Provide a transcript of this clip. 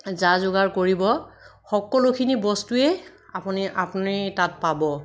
যা যোগাৰ কৰিব সকলোখিনি বস্তুৱেই আপুনি তাত পাব